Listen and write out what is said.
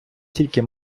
тільки